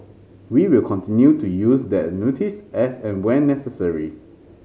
we will continue to use the notice as and when necessary